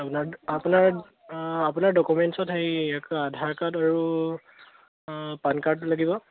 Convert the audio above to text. আপোনাৰ আপোনাৰ আপোনাৰ ডকুমেণ্টচত হেৰি আধাৰ কাৰ্ড আৰু পান কাৰ্ডটো লাগিব